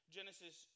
Genesis